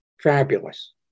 fabulous